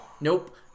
Nope